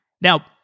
Now